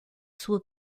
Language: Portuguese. sua